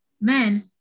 men